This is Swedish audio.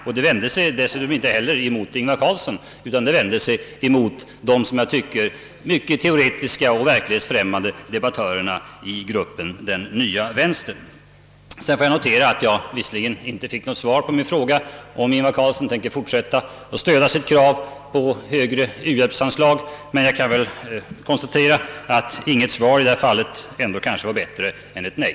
Jag vände mig inte heller mot Ingvar Carlsson utan mot de — som jag tycker — mycket teoretiska och verklighetsfrämmande debattörerna i gruppen Den nya vänstern. Sedan noterar jag att jag visserligen inte fick något svar på min fråga, om Ingvar Carlsson tänker fortsätta att stödja sitt krav på högre u-hjälpsanslag. Men inget svar i detta fall är ändå bättre än ett nej.